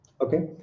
Okay